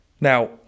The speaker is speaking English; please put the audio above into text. now